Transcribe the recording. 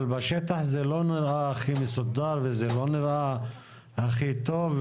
אבל בשטח זה לא נראה הכי מסודר וזה לא נראה הכי טוב,